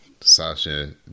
Sasha